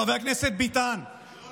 חבר הכנסת ביטן,